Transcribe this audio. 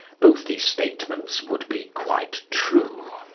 both these statements would be quite true.